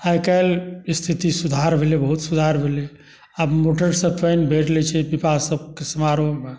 आइकाल्हि स्थिति सुधार भेलै बहुत सुधार भेलै आब मोटसँ पानि भरि लै छै विवाह सबके समारोहमे